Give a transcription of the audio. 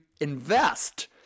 invest